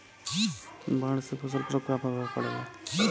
बाढ़ से फसल पर क्या प्रभाव पड़ेला?